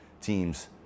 teams